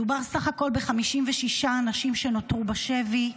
מדובר בסך הכול ב-56 אנשי שנותרו בשבי,